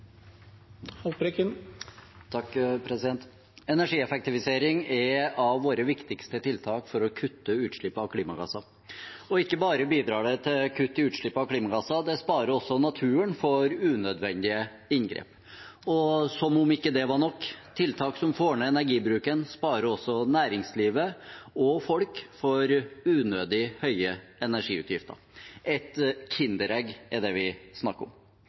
våre viktigste tiltak for å kutte utslipp av klimagasser. Ikke bare bidrar det til kutt i utslipp av klimagasser; det sparer også naturen for unødvendige inngrep. Og som om ikke det var nok: Tiltak som får ned energibruken, sparer også næringslivet og folk for unødig høye energiutgifter. Et kinderegg er det vi snakker om.